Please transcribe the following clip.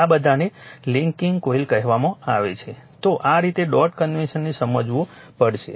આ બધાને linking coil કહેવામાં આવે છે તો આ રીતે ડોટ કન્વેન્શનને સમજવું પડશે